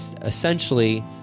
Essentially